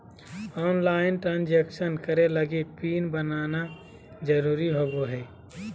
online transaction करे लगी PIN बनाना जरुरी होबो हइ